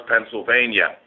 Pennsylvania